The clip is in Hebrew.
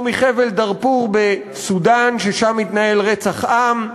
או מחבל-דארפור בסודאן, שבו מתנהל רצח עם,